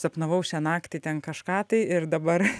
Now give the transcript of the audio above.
sapnavau šią naktį ten kažką tai ir dabar